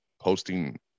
posting